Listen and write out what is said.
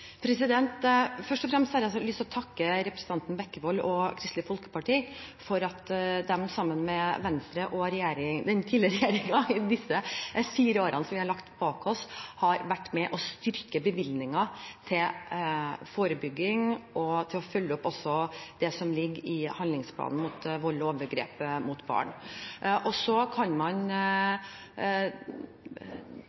å takke representanten Bekkevold og Kristelig Folkeparti for at de sammen med Venstre og den tidligere regjeringen i de fire årene som vi har lagt bak oss, har vært med og styrket bevilgningene til forebygging og til å følge opp også det som ligger i handlingsplanen mot vold og overgrep mot barn. Så kan man